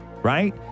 Right